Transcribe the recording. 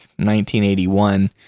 1981